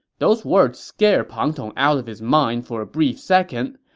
those words scared pang tong out of his mind for a brief second,